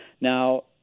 Now